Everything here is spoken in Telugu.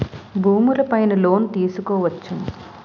భూములు పైన లోన్ తీసుకోవచ్చును